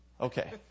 Okay